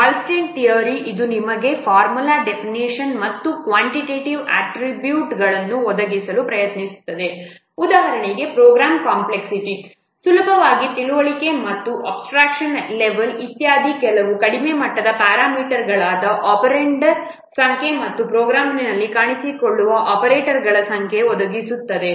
ಹಾಲ್ಸ್ಟೆಡ್ನ ಥಿಯರಿHalstead's theory ಇದು ನಿಮಗೆ ಫಾರ್ಮಲ್ ಡೆಫ್ನಿಷನ್ ಷನ್ ಮತ್ತು ಕ್ವಾಂಟಿಟೆಟಿವ್ ಅಟ್ರಿಬ್ಯೂಟ್ಗಳನ್ನು ಒದಗಿಸಲು ಪ್ರಯತ್ನಿಸುತ್ತದೆ ಉದಾಹರಣೆಗೆ ಪ್ರೋಗ್ರಾಂ ಕಾಂಪ್ಲೆಕ್ಸಿಟಿ ಸುಲಭವಾಗಿ ತಿಳುವಳಿಕೆ ಮತ್ತು ಅಬ್ಸ್ತ್ರಾಕ್ಷನ್ ಲೆವೆಲ್ಇತ್ಯಾದಿ ಕೆಲವು ಕಡಿಮೆ ಮಟ್ಟದ ಪ್ಯಾರಾಮೀಟರ್ಗಳಾದ ಒಪೆರಾಂಡ್ಗಳ ಸಂಖ್ಯೆ ಮತ್ತು ಪ್ರೋಗ್ರಾಂನಲ್ಲಿ ಕಾಣಿಸಿಕೊಳ್ಳುವ ಆಪರೇಟರ್ಗಳ ಸಂಖ್ಯೆಯನ್ನು ಒದಗಿಸುತ್ತದೆ